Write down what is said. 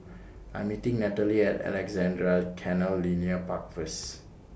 I'm meeting Natalie At Alexandra Canal Linear Park First